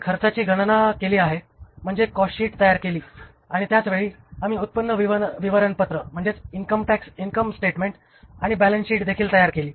आपण खर्चाची गणना केली आहे म्हणजे कॉस्ट शीट तयार केली आणि त्याच वेळी आम्ही उत्पन्न विवरणपत्र आणि बॅलन्स शीट देखील तयार केली